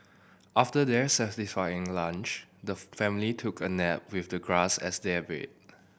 after their satisfying lunch the family took a nap with the grass as their bed